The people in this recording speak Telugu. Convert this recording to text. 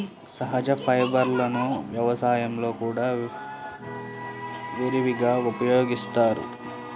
సహజ ఫైబర్లను వ్యవసాయంలో కూడా విరివిగా ఉపయోగిస్తారు